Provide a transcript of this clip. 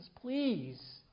please